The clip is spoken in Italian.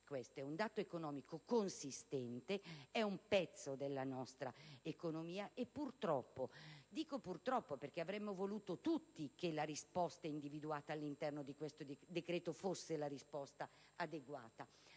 non è un dato economico irrilevante ma consistente. È un pezzo della nostra economia e purtroppo - dico purtroppo perché avremmo voluto tutti che la risposta individuata all'interno di questo decreto fosse quella adeguata